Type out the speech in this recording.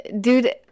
dude